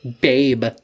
Babe